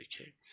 Okay